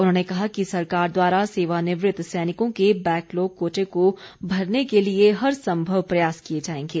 उन्होंने कहा कि सरकार द्वारा सेवानिवृत सैनिकों के बैकलॉग कोटे को भरने के लिए हर संभव प्रयास किए जाएंगे